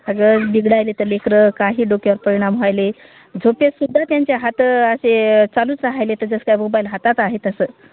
अगं बिघडायले तर लेकरं काही डोक्यावर परिणाम व्हायले झोपेतसुद्धा त्यांच्या हातं असे चालूच राहयले त जसं काय मोबाईल हातात आहे तसं